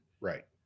right